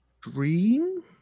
Dream